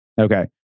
Okay